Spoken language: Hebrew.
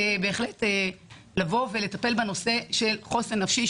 בהחלט לטפל בנושא החוסן הנפשי,